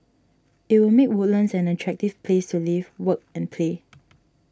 it will make Woodlands an attractive place to live work and play